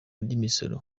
ry’imisoro